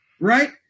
Right